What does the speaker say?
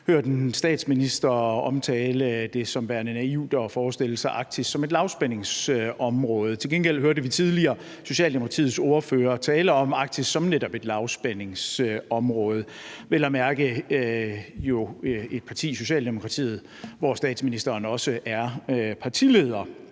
hørt en statsminister omtale det som værende naivt at forestille sig Arktis som et lavspændingsområde. Til gengæld hørte vi tidligere Socialdemokratiets ordfører tale om Arktis som netop et lavspændingsområde, vel og mærke jo et parti, Socialdemokratiet, hvor statsministeren også er partileder.